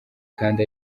kandi